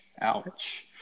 Ouch